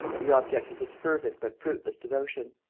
the object of his fervent but fruitless devotion.